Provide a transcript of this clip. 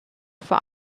vor